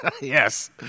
yes